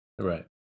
Right